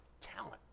talent